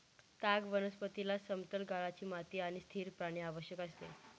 ताग वनस्पतीला समतल गाळाची माती आणि स्थिर पाणी आवश्यक असते